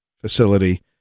facility